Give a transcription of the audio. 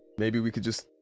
bmaybe we could just,